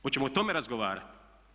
Hoćemo o tome razgovarati?